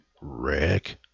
Rick